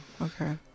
Okay